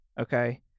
Okay